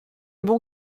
bon